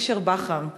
משרד פישר-בכר,